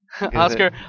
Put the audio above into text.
Oscar